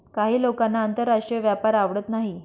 काही लोकांना आंतरराष्ट्रीय व्यापार आवडत नाही